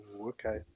okay